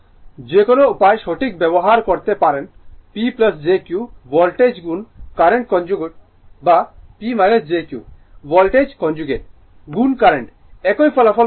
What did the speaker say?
যে কোন উপায়ে সঠিক ব্যবহার করতে পারেন P jQ ভোল্টেজ গুণ কারেন্ট কনজুগেট বা P jQ ভোল্টেজ কনজুগেট গুণ কারেন্ট একই ফলাফল পাবেন